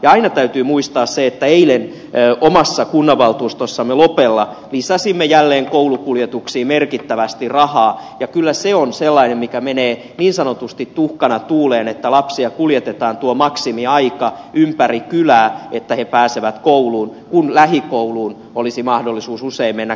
ja aina täytyy muistaa eilen omassa kunnanvaltuustossamme lopella lisäsimme jälleen koulukuljetuksiin merkittävästi rahaa että kyllä se on sellainen mikä menee niin sanotusti tuhkana tuuleen jos lapsia kuljetetaan tuo maksimiaika ympäri kylää että he pääsevät kouluun kun lähikouluun olisi mahdollisuus usein mennä kävellen